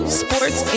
sports